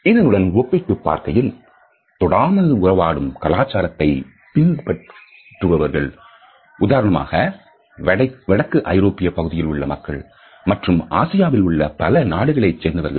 இதனுடன் ஒப்பிட்டுப் பார்க்கையில் தொடாமல் உறவாடும் கலாச்சாரத்தை பின்பற்றுபவர்கள் உதாரணமாக வடக்கு ஐரோப்பிய பகுதியில் உள்ள மக்கள் மற்றும் ஆசியாவில் உள்ள பல நாடுகளைச் சேர்ந்தவர்கள்